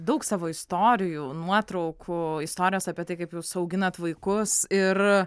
daug savo istorijų nuotraukų istorijos apie tai kaip jūs auginat vaikus ir